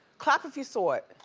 clap if you saw it.